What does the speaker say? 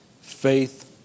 faith